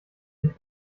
sich